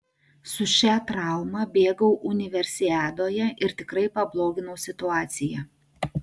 su šia trauma bėgau universiadoje ir tikrai pabloginau situaciją